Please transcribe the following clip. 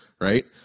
right